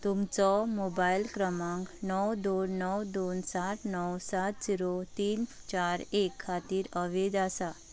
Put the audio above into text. तुमचो मोबायल क्रमांक णव दोन णव दोन सात णव सात झिरो तीन चार एक खातीर अवैध आसा